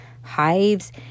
hives